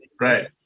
right